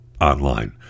online